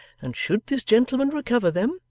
and should this gentleman recover them,